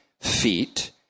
feet